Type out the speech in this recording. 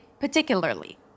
particularly